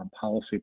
policy